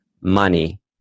money